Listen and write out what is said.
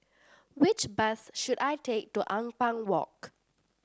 which bus should I take to Ampang Walk